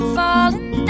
falling